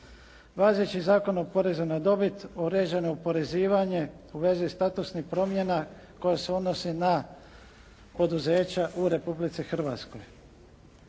Važeći Zakon o porezu na dobit uređeno oporezivanje u vezi statusnih promjena koja se odnose na poduzeća u Republici Hrvatskoj.